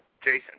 Jason